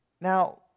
Now